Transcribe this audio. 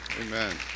Amen